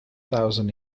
thousand